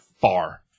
far